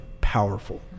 powerful